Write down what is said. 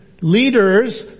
leaders